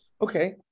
Okay